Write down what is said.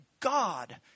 God